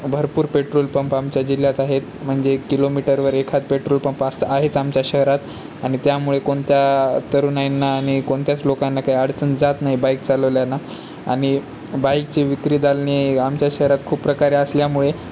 भरपूर petrol pump आमच्या जिल्ह्यात आहेत म्हणजे किलोमीटरवर एखाद पेट्रोल पंप असतं आहेच आमच्या शहरात आणि त्यामुळे कोणत्या तरुणाईंना आणि कोणत्याच लोकांना काही अडचण जात नाही बाईक चालवल्यानं आणि बाईकची विक्री दालने आमच्या शहरात खूप प्रकारे असल्यामुळे